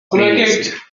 playlist